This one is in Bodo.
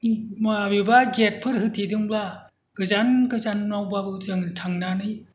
माबेबा गेट फोर होथेदोंब्ला गोजान गोजानावबाबो जों थांनानै